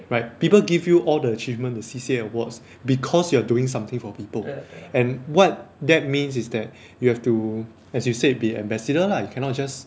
right people give you all the achievement the C_C_A awards because you are doing something for people and what that means is that you have to as you said be ambassador lah you cannot just